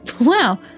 Wow